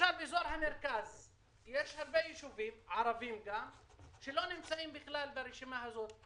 למשל באזור המרכז יש הרבה יישובים ערביים שלא נמצאים בכלל ברשימה הזאת.